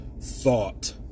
thought